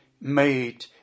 made